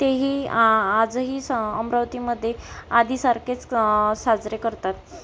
तेही आ आजही स अमरावतीमध्ये आधीसारखेच साजरे करतात